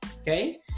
okay